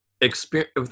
experience